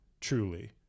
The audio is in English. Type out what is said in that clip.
truly